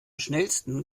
schnellsten